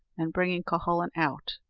and bringing cuhullin out,